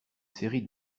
série